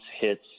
hits